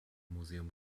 museum